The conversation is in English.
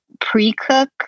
pre-cook